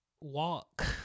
walk